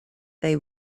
they